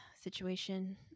situation